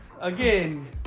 again